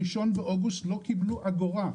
מ-1 באוגוסט לא קיבלו אגורה.